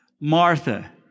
Martha